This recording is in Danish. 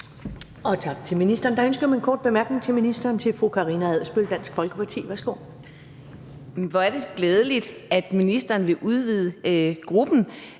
Tak til ministeren. Der er ønske om en kort bemærkning til ministeren fra fru Karina Adsbøl, Dansk Folkeparti. Værsgo. Kl. 10:41 Karina Adsbøl (DF): Hvor er det glædeligt, at ministeren vil udvide målgruppen.